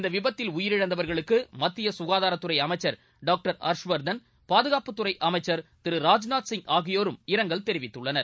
இந்த விபத்தில் உயிரிழந்தவா்களுக்கு மத்திய ககாதாரத்துறை அமைச்சர் டாக்டர் ஹா்ஷ்வா்தன் பாதுகாப்புத்துறை அமைச்சர் திரு ராஜ்நாத்சிங் ஆகியோரும் இரங்கல் தெரிவித்துள்ளனர்